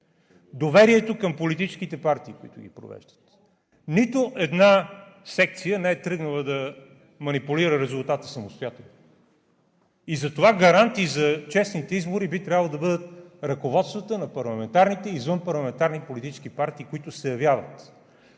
доверието на политическите партии, които ги провеждат. Нито една секция не е тръгнала да манипулира резултата самостоятелно. Затова гаранти за честните избори би трябвало да бъдат ръководствата на парламентарните и извънпарламентарните политически партии, които се явяват.